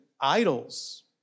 idols